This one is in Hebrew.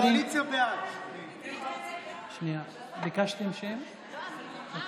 נא לשבת.